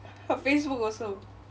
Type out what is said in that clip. her facebook also